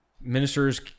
ministers